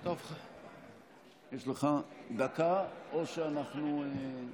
יש לך דקה, או שאנחנו לא נספיק.